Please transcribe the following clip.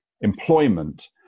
employment